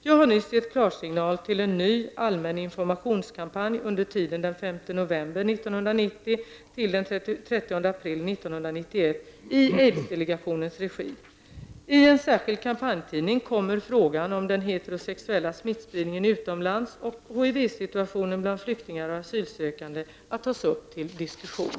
Jag har nyss gett klarsignal till en ny allmän informationskampanj under tiden den 5 november en särskild kampanjtidning kommer frågan om den heterosexuella smittspridningen utomlands och HIV-situationen bland flyktingar och asylsökande att tas upp till diskussion.